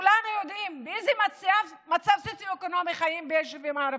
כולנו יודעים באיזה מצב סוציו-אקונומי חיים ביישובים הערביים.